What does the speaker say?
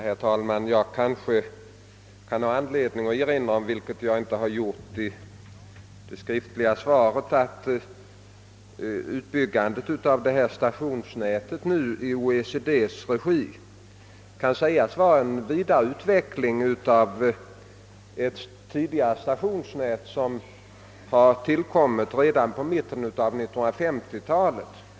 Herr talman! Jag kanske kan ha anledning erinra om, vilket jag inte gjort i det skriftliga svaret, att uppbyggandet av det ifrågavarande stationsnätet i OECD:s regi kan ses som en vidareutveckling av ett tidigare stationsnät, som tillkom redan i mitten av 1950-talet.